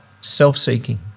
self-seeking